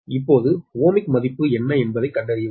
இப்போது ஓமிக் மதிப்பு என்ன என்பதைக் கண்டறியவும்